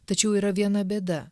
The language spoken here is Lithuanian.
tačiau yra viena bėda